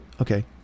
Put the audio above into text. Okay